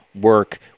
work